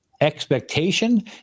expectation